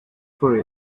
for